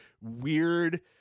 weird